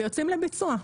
ויוצאים לביצוע.